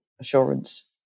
assurance